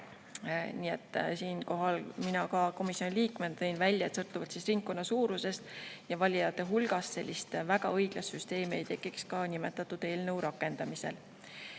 Siinkohal mina komisjoni liikmena tõin välja, et sõltuvalt ringkonna suurusest ja valijate hulgast väga õiglast süsteemi ei tekiks ka nimetatud eelnõu rakendamisel.